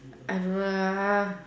I don't know lah